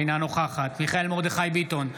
אינה נוכחת מיכאל מרדכי ביטון,